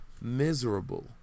miserable